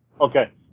Okay